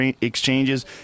exchanges